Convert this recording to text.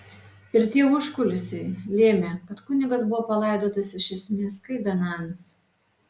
ir tie užkulisiai lėmė kad kunigas buvo palaidotas iš esmės kaip benamis